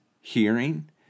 hearing